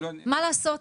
מה לעשות?